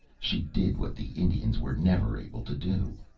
she did what the indians were never able to do.